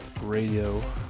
Radio